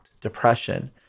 depression